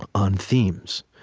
on themes.